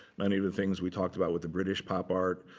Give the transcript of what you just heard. many of the things we talked about with the british pop art.